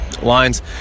lines